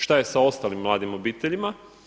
Šta je sa ostalim mladim obiteljima?